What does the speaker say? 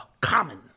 common